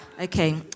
Okay